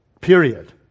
period